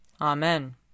Amen